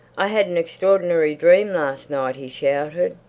i had an extraordinary dream last night! he shouted.